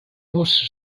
also